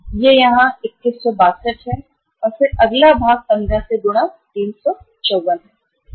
ये है यहां 2162 और फिर अगला भाग 15 से गुणा 354 है